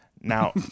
Now